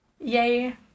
Yay